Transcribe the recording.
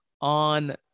on